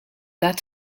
that